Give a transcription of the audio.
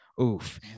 Oof